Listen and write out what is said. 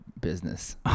business